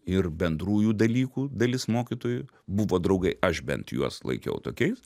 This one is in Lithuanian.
ir bendrųjų dalykų dalis mokytojų buvo draugai aš bent juos laikiau tokiais